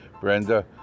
Brenda